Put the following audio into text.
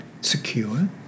secure